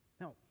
Now